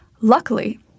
Luckily